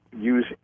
use